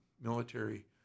Military